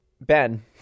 Ben